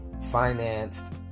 financed